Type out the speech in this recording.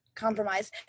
compromise